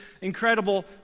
incredible